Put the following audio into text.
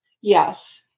Yes